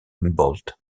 humboldt